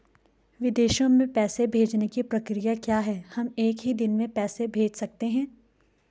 विदेशों में पैसे भेजने की प्रक्रिया क्या है हम एक ही दिन में पैसे भेज सकते हैं?